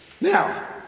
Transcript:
Now